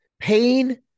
pain